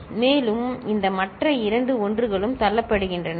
மேலும் இந்த மற்ற இரண்டு 1 களும் தள்ளப்படுகின்றன சரி